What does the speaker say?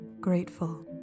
grateful